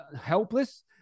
helpless